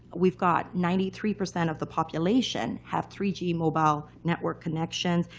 we've got ninety three percent of the population have three g mobile network connections.